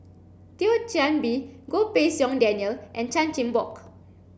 Thio Chan Bee Goh Pei Siong Daniel and Chan Chin Bock